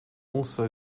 also